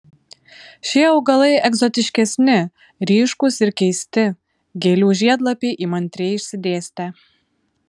šie augalai egzotiškesni ryškūs ir keisti gėlių žiedlapiai įmantriai išsidėstę